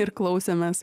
ir klausėmės